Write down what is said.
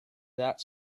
that